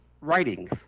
writing